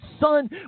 son